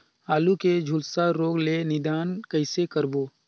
आलू के झुलसा रोग ले निदान कइसे करबो?